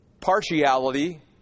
partiality